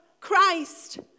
Christ